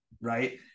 right